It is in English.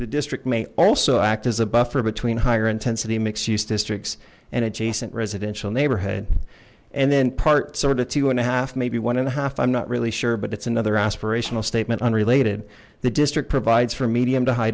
the district may also act as a buffer between higher intensity mixed use districts and adjacent residential neighborhood and then part sort of two and a half maybe one and a half i'm not really sure but it's another aspirational statement unrelated the district provides for medium to high